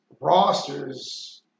rosters